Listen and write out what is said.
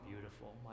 beautiful